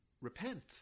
repent